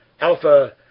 Alpha